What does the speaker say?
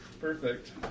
Perfect